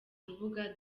urubuga